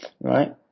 right